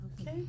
Okay